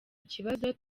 ikibazo